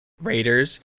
Raiders